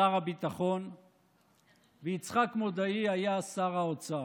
שר הביטחון ויצחק מודעי היה שר האוצר,